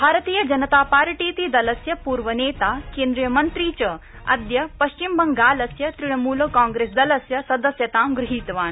भारतीय जनता पार्टीतिदलस्य पूर्वनेता केन्द्रियमन्त्री च अद्य पश्चिमबंगालस्य तृणमूलकांप्रेसदलस्य सदस्यतां गृहीतवान्